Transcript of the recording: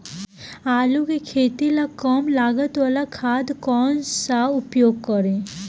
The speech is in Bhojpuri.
आलू के खेती ला कम लागत वाला खाद कौन सा उपयोग करी?